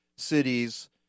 cities